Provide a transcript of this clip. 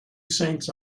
saints